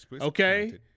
Okay